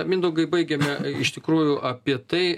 mindaugai baigiame iš tikrųjų apie tai